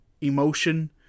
emotion